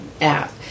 app